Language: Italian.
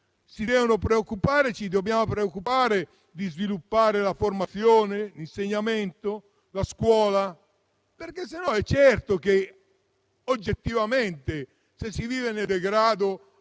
Si devono preoccupare e ci dobbiamo preoccupare di sviluppare la formazione, l'insegnamento, la scuola? Altrimenti, è certo che, oggettivamente, se si vive nel degrado,